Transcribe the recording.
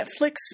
Netflix